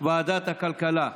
ועדת הכלכלה.